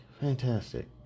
fantastic